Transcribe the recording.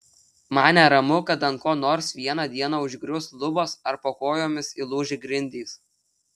man neramu kad ant ko nors vieną dieną užgrius lubos ar po kojomis įlūš grindys